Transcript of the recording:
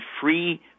free